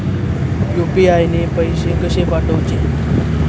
UPI ने पैशे कशे पाठवूचे?